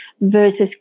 versus